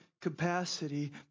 capacity